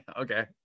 Okay